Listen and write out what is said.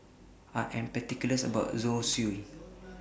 I Am particular about My Zosui